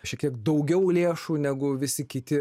šiek tiek daugiau lėšų negu visi kiti